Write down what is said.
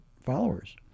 followers